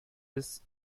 des